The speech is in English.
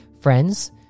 friends